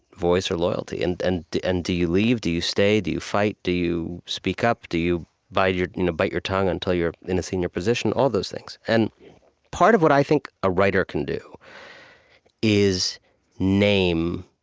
voice, or loyalty. and and do and do you leave? do you stay? do you fight? do you speak up? do you bite your you know bite your tongue until you're in a senior position? all those things and part of what i think a writer can do is name